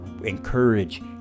encourage